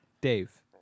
Dave